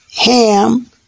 Ham